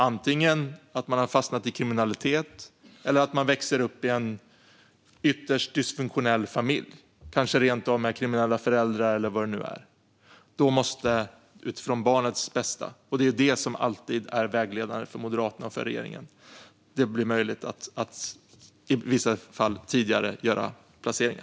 Man kan ha fastnat i kriminalitet eller man kanske växer upp i en ytterst dysfunktionell familj, kanske rent av med kriminella föräldrar eller vad det nu är. Då måste det utifrån barnets bästa - det är det som alltid är vägledande för Moderaterna och för regeringen - bli möjligt att i vissa fall tidigare göra placeringar.